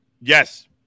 Yes